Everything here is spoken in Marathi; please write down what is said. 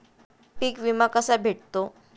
पीक विमा कसा भेटतो?